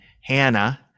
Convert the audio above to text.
Hannah